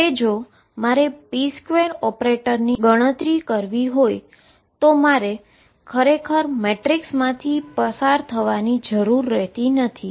માટે જો મારે p2ઓપરેટરની ગણતરી કરવી હોય તો મારે ખરેખર મેટ્રિક્સમાંથી ની ગણતરી કરવાની જરુર રહેતી નથી